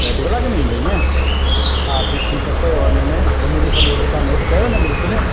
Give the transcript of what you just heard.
त अधु कलाक में ईंदो इअं हा ठीकु ठीकु आहे कोई वांदो नाहे हे मुंहिंजे सभु ऑदर तव्हां नोट कयो न बिल्कुलु